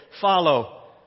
follow